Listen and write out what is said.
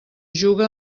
juga